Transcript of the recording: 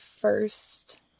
first